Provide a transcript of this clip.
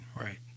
Right